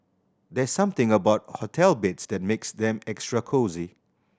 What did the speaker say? there's something about hotel beds that makes them extra cosy